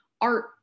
art